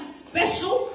special